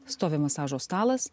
stovi masažo stalas